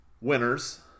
winners